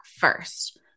first